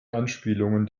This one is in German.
anspielungen